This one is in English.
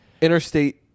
interstate